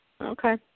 Okay